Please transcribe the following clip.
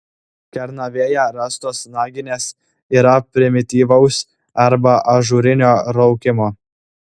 kernavėje rastos naginės yra primityvaus arba ažūrinio raukimo